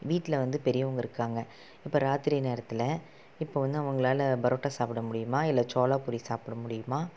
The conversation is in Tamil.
வீட்டில் வந்து பெரியவங்க இருக்காங்க இப்போ ராத்திரி நேரத்தில் இப்போ வந்து அவங்களால் பரோட்டா சாப்பிட முடியுமா இல்லை சோலா பூரி சாப்பிட முடியுமா